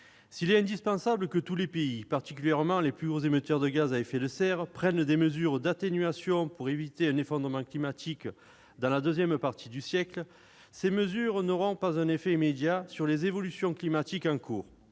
S'il est indispensable que tous les pays, particulièrement les plus gros émetteurs de gaz à effet de serre, prennent des mesures d'atténuation pour éviter un effondrement climatique dans la deuxième partie du siècle, ces mesures n'auront pas un effet immédiat sur les évolutions climatiques en cours.